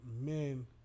men